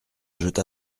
jeta